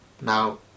Now